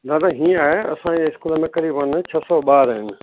दादा हीअं आहे असांजे स्कूल में क़रीबनि छह सौ ॿार आहिनि